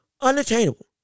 unattainable